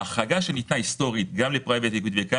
ההחרגה שהיסטורית ניתנה גם ל- private equity וגם